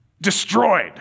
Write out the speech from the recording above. destroyed